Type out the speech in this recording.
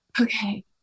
okay